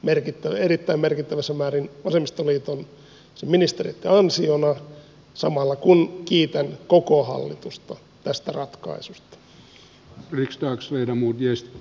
pidän sitä erittäin merkittävässä määrin vasemmistoliiton ministereitten ansiona samalla kun kiitän koko hallitusta tästä ratkaisusta